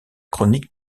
chronique